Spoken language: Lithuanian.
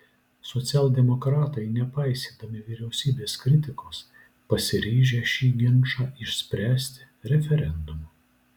socialdemokratai nepaisydami vyriausybės kritikos pasiryžę šį ginčą išspręsti referendumu